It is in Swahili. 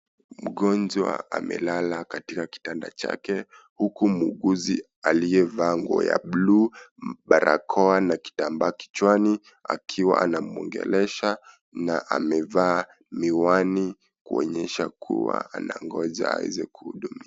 Mgonjwa amelala katika kitanda chake, huku muguzi aliyevaa nguo ya bluu, barakoa na kitambaa kichwani, akiwa anamuogelesha na amevaa miwani kuonyesha kuwa anangojaaweze kuhudumiwa.